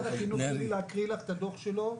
תני לי להקריא לך את הדוח שלו.